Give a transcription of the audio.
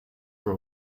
for